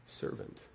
servant